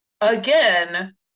again